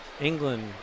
England